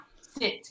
sit